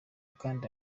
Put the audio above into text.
kandi